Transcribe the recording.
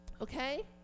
Okay